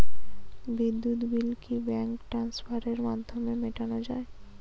বিদ্যুৎ বিল কি ব্যাঙ্ক ট্রান্সফারের মাধ্যমে মেটানো য়ায়?